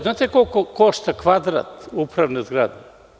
Znate li koliko košta kvadrat upravne zgrade?